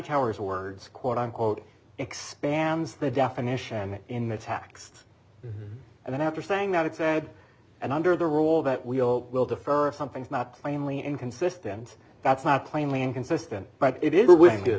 tower's words quote unquote expands the definition in the taxed and then after saying that it said and under the rule that we all will defer if something's not plainly inconsistent that's not plainly inconsistent but it is